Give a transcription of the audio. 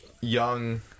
young